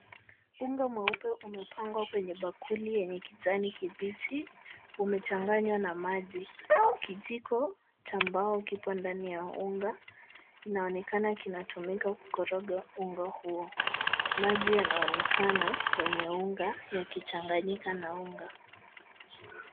Unga mweupe umepangwa kwenye bakuli yenye kijani kibichi, umechanganywa na maji. Kijiko cha mbao kiko ndani ya unga inaonekana kinatumika kukoroga unga huo. Maji yanaonekana kwenye unga, yakichanganyika na unga.